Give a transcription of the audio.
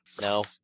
No